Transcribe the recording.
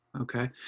okay